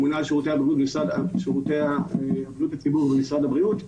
הממונה על שירותי בריאות הציבור במשרד הבריאות,